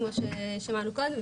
כמו ששמענו קודם,